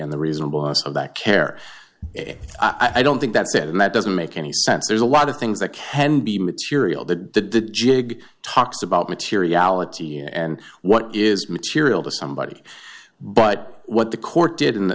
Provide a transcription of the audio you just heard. and the reasonable of that care i don't think that's it and that doesn't make any sense there's a lot of things that can be material that jig talks about materiality and what is material to somebody but what the court did